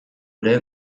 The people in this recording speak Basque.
ere